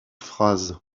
phrase